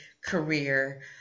career